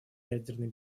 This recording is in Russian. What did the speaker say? ядерной